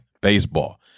baseball